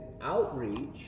outreach